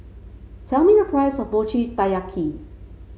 tell me the price of Mochi Taiyaki